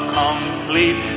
complete